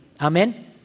Amen